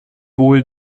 wohl